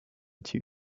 two